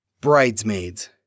Bridesmaids